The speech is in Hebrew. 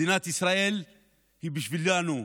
מדינת ישראל היא בשבילנו,